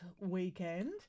weekend